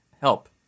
help